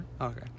Okay